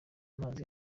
mazi